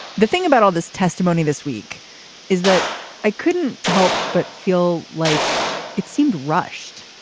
the thing about all this testimony this week is that i couldn't help but feel like it seemed rushed.